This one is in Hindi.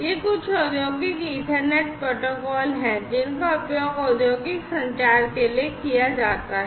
ये कुछ औद्योगिक Ethernet प्रोटोकॉल हैं जिनका उपयोग औद्योगिक संचार के लिए किया जाता है